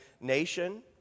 nation